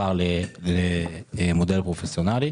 מעבר למודל פרופסיונאלי,